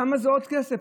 למה זה עוד כסף?